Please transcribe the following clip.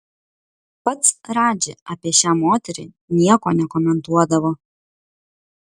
pats radži apie šią moterį nieko nekomentuodavo